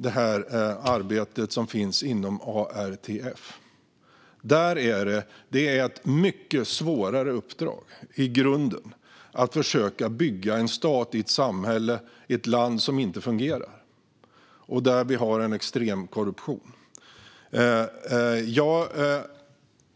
Det är i grunden ett mycket svårare uppdrag att försöka bygga ett statligt samhälle i ett land som inte fungerar och där det finns en extrem korruption. Jag